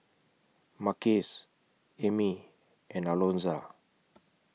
Marques Amie and Alonza